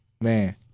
man